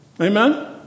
Amen